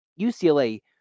UCLA